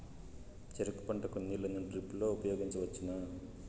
చెరుకు పంట కు నీళ్ళని డ్రిప్ లో ఉపయోగించువచ్చునా?